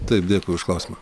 taip dėkui už klausimą